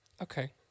Okay